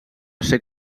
ser